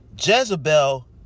Jezebel